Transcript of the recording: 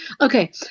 Okay